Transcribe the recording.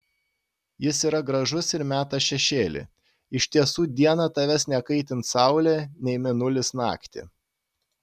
jis yra gražus ir meta šešėlį iš tiesų dieną tavęs nekaitins saulė nei mėnulis naktį